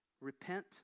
repent